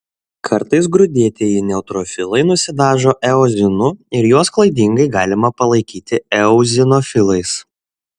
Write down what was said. kartais grūdėtieji neutrofilai nusidažo eozinu ir juos klaidingai galima palaikyti eozinofilais